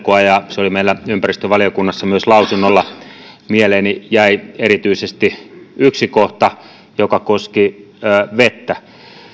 maatalouspoliittista selontekoa ja se oli myös meillä ympäristövaliokunnassa lausunnolla mieleeni jäi erityisesti yksi kohta joka koski vettä